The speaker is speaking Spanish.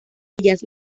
ellas